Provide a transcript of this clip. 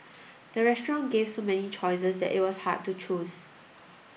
the restaurant gave so many choices that it was hard to choose